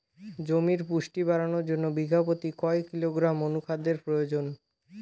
জমির পুষ্টি বাড়ানোর জন্য বিঘা প্রতি কয় কিলোগ্রাম অণু খাদ্যের প্রয়োজন?